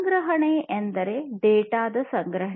ಸಂಗ್ರಹಣೆ ಎಂದರೆ ಈ ಡೇಟಾದ ಸಂಗ್ರಹಣೆ